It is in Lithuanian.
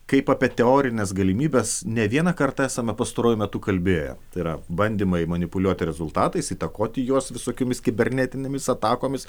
kaip apie teorines galimybes ne vieną kartą esama pastaruoju metu kalbėję tai yra bandymai manipuliuoti rezultatais įtakoti juos visokiomis kibernetinėmis atakomis